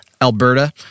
Alberta